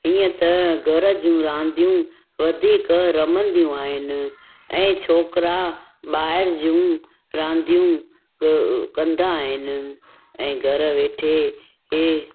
हीअं त घर जूं रांदियूं वधीक रमंदियूं आहिनि ऐं छोकिरा ॿाहिरि जूं रांदियूं कंदा आहिनि ऐं घर वेठे ए